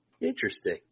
Interesting